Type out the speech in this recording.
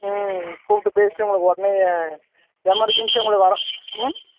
ம் கூப்பிட்டு பேசிட்டு உங்களுக்கு உடனே எமர்ஜன்சியாக உங்களை ம்